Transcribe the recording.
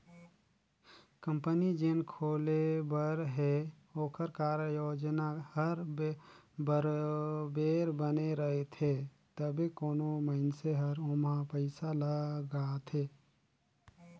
company जेन खुले बर हे ओकर कारयोजना हर बरोबेर बने रहथे तबे कोनो मइनसे हर ओम्हां पइसा ल लगाथे